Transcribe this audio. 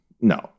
No